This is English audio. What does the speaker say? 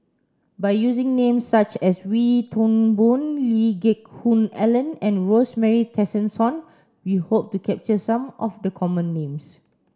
by using names such as Wee Toon Boon Lee Geck Hoon Ellen and Rosemary Tessensohn we hope to capture some of the common names